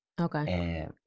okay